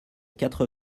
quatre